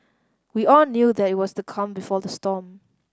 we all knew that it was the calm before the storm